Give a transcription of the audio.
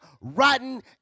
rotten